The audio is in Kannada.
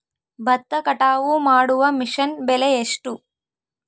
ಭತ್ತ ಕಟಾವು ಮಾಡುವ ಮಿಷನ್ ಬೆಲೆ ಎಷ್ಟು?